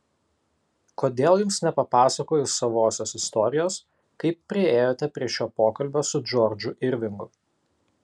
kodėl jums nepapasakojus savosios istorijos kaip priėjote prie šio pokalbio su džordžu irvingu